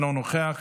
אינו נוכח,